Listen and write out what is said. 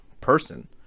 person